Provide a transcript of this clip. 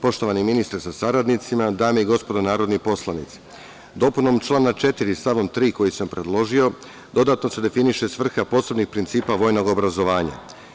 Poštovani ministre sa saradnicima, dame i gospodo narodni poslanici, dopunom člana 4. stavom 3, koji sam predložio, dodatno se definiše svrha posebnih principa vojnog obrazovanja.